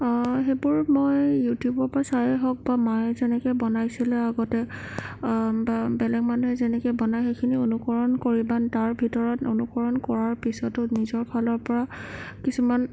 সেইবোৰ মই ইউটিউবৰ পৰা চায়েই হওক বা মায়ে যেনেকৈ বনাইছিলে আগতে বা বেলেগ মানুহে যেনেকৈ বনায় সেইখিনি অনুকৰণ কৰি বা তাৰ ভিতৰত অনুকৰণ কৰাৰ পিছতো নিজৰ ফালৰ পৰা কিছুমান